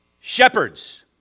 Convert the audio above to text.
shepherds